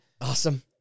Awesome